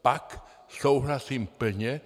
Pak souhlasím plně.